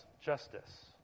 justice